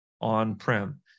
on-prem